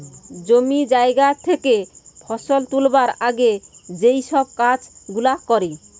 জমি জায়গা থেকে ফসল তুলবার আগে যেই সব কাজ গুলা করে